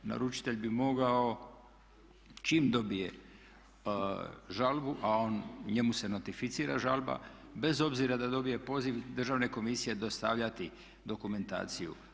Naručite bi mogao čim dobije žalbu a njemu se nostrificira žalba, bez obzira da dobije poziv Državne komisije dostavljati dokumentaciju.